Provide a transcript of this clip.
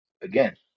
again